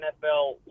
NFL